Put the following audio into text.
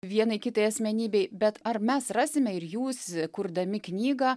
vienai kitai asmenybei bet ar mes rasime ir jūs kurdami knygą